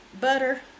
butter